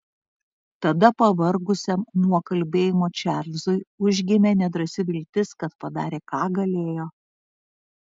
tada pavargusiam nuo kalbėjimo čarlzui užgimė nedrąsi viltis kad padarė ką galėjo